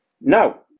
Now